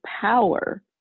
power